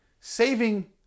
Saving